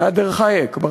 נאדר חאייק,